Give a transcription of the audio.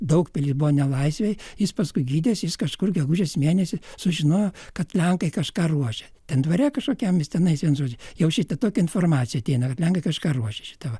daugpily buvo nelaisvėj jis paskui gydės jis kažkur gegužės mėnesį sužinojo kad lenkai kažką ruošia ten dvare kažkokiam jis tenais vienu žodžiu jau šita tokia informacija ateina lenkai kažką ruošia šita va